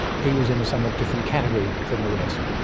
he was in a somewhat different category than the rest,